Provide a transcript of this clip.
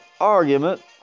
argument